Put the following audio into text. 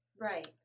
Right